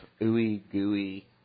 ooey-gooey